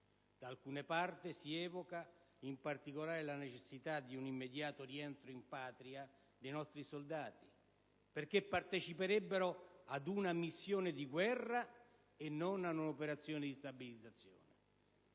Da alcune parti si evoca in particolare la necessità di un immediato rientro in Patria dei nostri soldati, perché parteciperebbero ad una missione di guerra e non ad un'operazione di stabilizzazione.